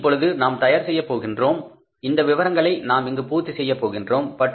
மற்றும் இப்பொழுது நாம் தயார் செய்யப் போகின்றோம் இந்த விவரங்களை நாம் இங்கு பூர்த்தி செய்யப் போகின்றோம்